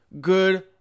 good